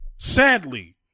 Sadly